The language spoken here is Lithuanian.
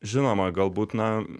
žinoma galbūt na